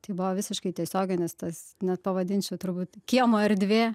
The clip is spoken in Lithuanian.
tai buvo visiškai tiesioginis tas net pavadinčiau turbūt kiemo erdvė